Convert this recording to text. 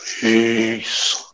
peace